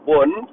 one